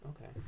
Okay